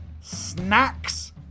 snacks